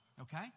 Okay